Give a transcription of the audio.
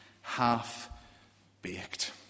half-baked